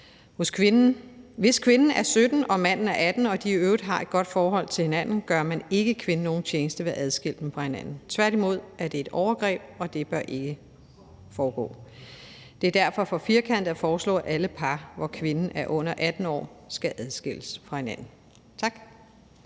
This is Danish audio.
Hvis kvinden er 17 år og manden er 18 år og de i øvrigt har et godt forhold til hinanden, gør man ikke kvinden nogen tjeneste ved at adskille dem fra hinanden. Tværtimod er det et overgreb, og det bør ikke foregå. Det er derfor for firkantet at foreslå, at alle par, hvor kvinden er under 18 år, skal adskilles fra hinanden. Tak.